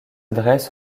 dresse